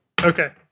Okay